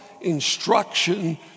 instruction